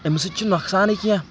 اَمہِ سۭتۍ چھِنہٕ نۄقصانٕے کینٛہہ